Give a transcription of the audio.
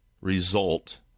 result